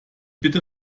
bitte